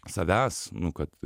savęs nu kad